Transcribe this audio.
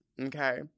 okay